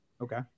Okay